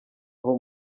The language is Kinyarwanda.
aho